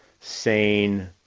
sane